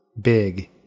big